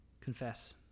confess